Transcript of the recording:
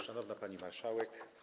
Szanowna Pani Marszałek!